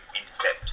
intercept